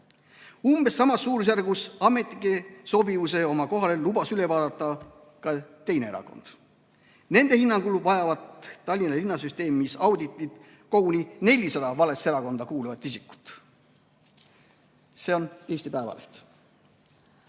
Umbes samas suurusjärgus ametnike sobivuse oma kohale lubas üle vaadata ka teine erakond. Nende hinnangul vajavat Tallinna linna süsteemis auditit koguni 400 valesse erakonda kuuluvat isikut. See oli Eesti Päevaleht.